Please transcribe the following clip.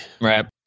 Right